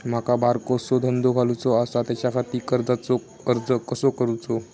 माका बारकोसो धंदो घालुचो आसा त्याच्याखाती कर्जाचो अर्ज कसो करूचो?